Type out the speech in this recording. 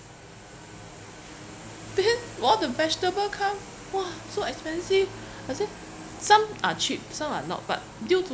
then with all the vegetable come !wah! so expensive I say some are cheap some are not but due to